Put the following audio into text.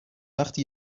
وقتی